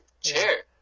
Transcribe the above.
chair